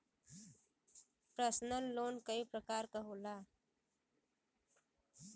personal loan कई परकार के होला